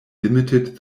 limited